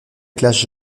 classe